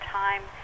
time